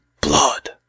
blood